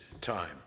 time